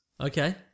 Okay